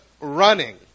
running